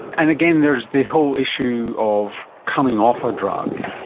and again there is the whole issue of coming off a drug.